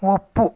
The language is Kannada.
ಒಪ್ಪು